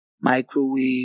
microwave